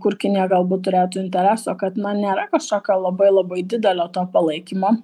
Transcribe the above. kur kinija galbūt turėtų intereso kad na nėra kažkokio labai labai didelio to palaikymo